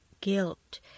guilt